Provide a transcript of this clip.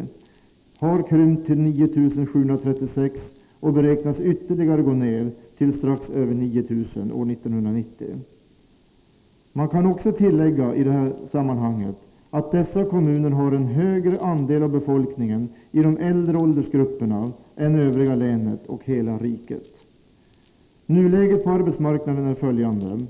'Det hade krympt till 9 736 år 1980 och beräknas gå ned till 9 350 år 1990. Man kanii det här sammanhanget tillägga att dessa kommuner har en större andel av befolkningen i de äldre åldersgrupperna än övriga länet och hela riket. Nuläget på arbetsmarknaden är följande: